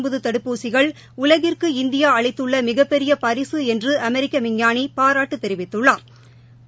India வின் தடுப்பூசிகள் உலகிற்கு இந்தியாஅளித்துள்ளமிகப்பெரியபரிகளன்றுஅமெரிக்கவிஞ்ஞானிபாராட்டுதெரிவித்துள்ளாா்